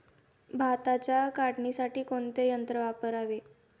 भाताच्या काढणीसाठी कोणते यंत्र वापरावे?